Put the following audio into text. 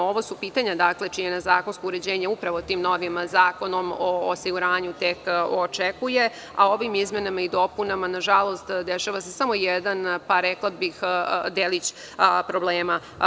Ovo su pitanja na čije zakonsko uređenje upravo tim novim Zakonom o osiguranju te očekuje, a ovim izmenama i dopunama na žalost dešava se samo jedan, rekla bih, delić problema.